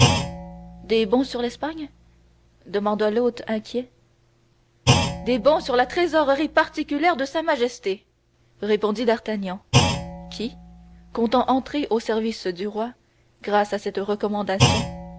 des bons sur l'épargne demanda l'hôte inquiet des bons sur la trésorerie particulière de sa majesté répondit d'artagnan qui comptant entrer au service du roi grâce à cette recommandation